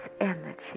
energy